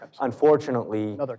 unfortunately